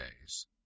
days